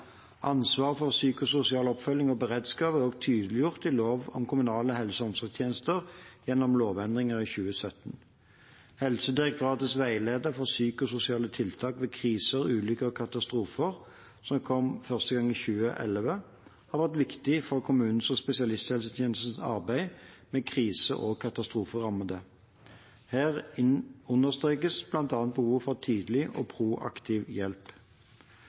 Ansvaret for psykososial oppfølging og beredskap er også tydeliggjort i lov om kommunale helse- og omsorgstjenester gjennom lovendringer i 2017. Helsedirektoratets veileder for psykososiale tiltak ved kriser, ulykker og katastrofer, som utkom første gang i 2011, har vært viktig for kommunenes og spesialisthelsetjenestens arbeid med krise- og katastroferammede. Her understrekes bl.a. behovet for tidlig, proaktiv hjelp.